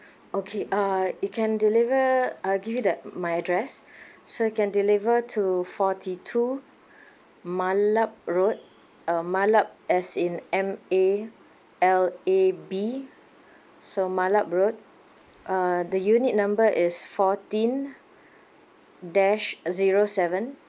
okay uh you can deliver I'll give you the my address so you can deliver to forty two malab road uh malab as in M_A_L_A_B so malab road uh the unit number is fourteen dash zero seven